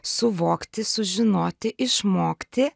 suvokti sužinoti išmokti